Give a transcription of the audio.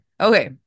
Okay